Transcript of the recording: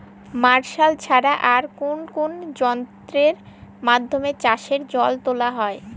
Martial ছাড়া আর কোন কোন যন্ত্রেরর মাধ্যমে চাষের জল তোলা হয়?